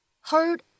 Heard